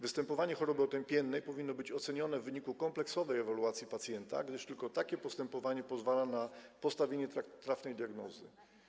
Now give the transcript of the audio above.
Występowanie choroby otępiennej powinno być ocenione w wyniku kompleksowej ewaluacji pacjenta, gdyż tylko takie postępowanie pozwala na postawienie trafnej diagnozy.